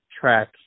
track